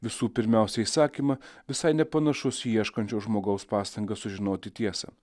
visų pirmiausia įsakymą visai nepanašus į ieškančio žmogaus pastangas sužinoti tiesą